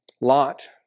Lot